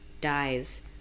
dies